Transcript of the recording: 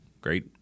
great